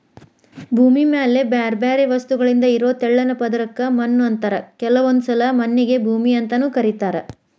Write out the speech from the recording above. ಭೂಮಿ ಮ್ಯಾಲೆ ಬ್ಯಾರ್ಬ್ಯಾರೇ ವಸ್ತುಗಳಿಂದ ಇರೋ ತೆಳ್ಳನ ಪದರಕ್ಕ ಮಣ್ಣು ಅಂತಾರ ಕೆಲವೊಂದ್ಸಲ ಮಣ್ಣಿಗೆ ಭೂಮಿ ಅಂತಾನೂ ಕರೇತಾರ